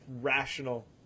rational